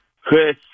Chris